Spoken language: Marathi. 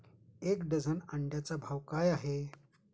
एक डझन अंड्यांचा भाव काय आहे?